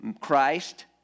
Christ